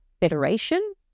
Federation